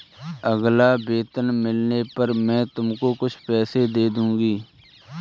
अगला वेतन मिलने पर मैं तुमको कुछ पैसे दे दूँगी